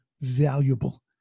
valuable